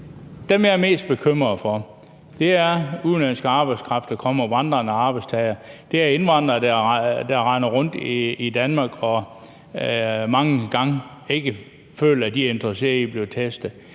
Dem, jeg er mest bekymret for, er vandrende arbejdstagere, der kommer hertil, udenlandsk arbejdskraft – det er indvandrere, der render rundt i Danmark og mange gange ikke føler, at de er interesseret i at blive testet.